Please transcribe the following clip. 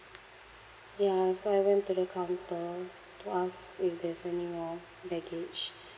ya so I went to the counter to ask if there's anymore baggage